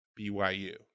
BYU